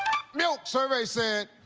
milk. survey said.